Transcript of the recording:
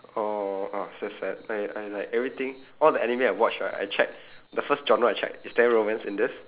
oh ah that's sad I I like everything all the anime I watch right I check the first genre I check is there romance in this